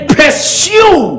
pursue